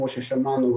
כמו ששמענו,